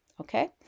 Okay